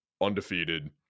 Undefeated